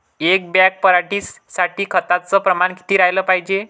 एक बॅग पराटी साठी खताचं प्रमान किती राहाले पायजे?